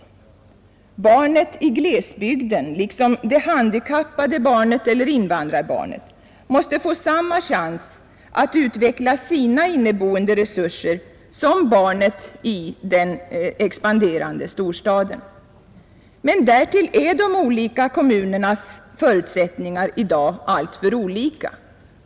Barnet i glesbygden, liksom det handikappade barnet eller invandrarbarnet, måste få samma chans att utveckla sina inneboende resurser som barnet i den expanderande storstaden. Men därtill är de olika kommunernas förutsättningar i dag alltför olika.